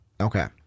Okay